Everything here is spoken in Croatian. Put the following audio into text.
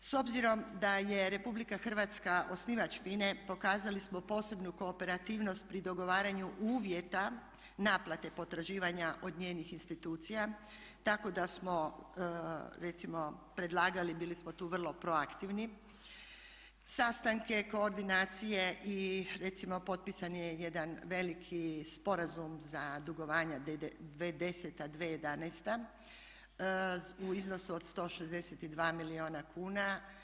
S obzirom da je RH osnivač FINA-e pokazali smo posebnu kooperativnost pri dogovaranju uvjeta naplate potraživanja od njenih institucija tako da smo recimo predlagali, bili smo tu vrlo proaktivni sastanke, koordinacije i recimo potpisan je jedan veliki sporazum za dugovanja 2010.-2011. u iznosu od 162 milijuna kuna.